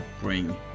bring